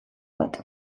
bat